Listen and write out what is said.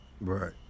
Right